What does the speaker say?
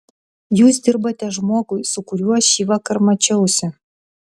jūs dirbate žmogui su kuriuo šįvakar mačiausi